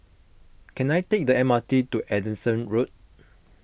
can I take the M R T to Anderson Road